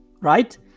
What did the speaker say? right